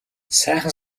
сайхан